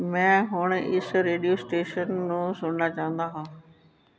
ਮੈਂ ਹੁਣ ਇਸ ਰੇਡੀਓ ਸਟੇਸ਼ਨ ਨੂੰ ਸੁਣਨਾ ਚਾਹੁੰਦਾ ਹਾਂ